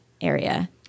area